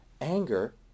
Anger